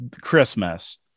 Christmas